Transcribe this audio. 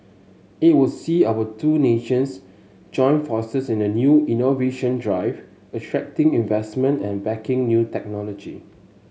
it will see our two nations join forces in a new innovation drive attracting investment and backing new technology